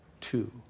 two